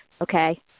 okay